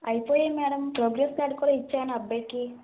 అయితే madam progress card కూడా ఇచ్చాను ఆ అబ్బాయికి